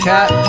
Cat